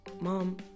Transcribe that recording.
mom